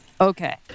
Okay